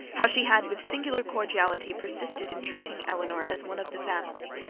how she had with singular cordiality persisted in treating eleanor as one of the family.